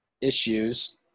issues